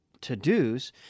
to-dos